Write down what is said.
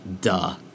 duh